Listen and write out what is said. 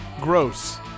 Gross